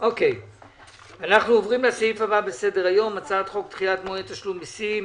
אנחנו עוברים לסעיף הבא בסדר-היום: הצעת חוק דחיית מועד תשלום מיסים